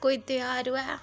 कोई धेयार होऐ